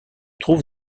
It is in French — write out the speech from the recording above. trouve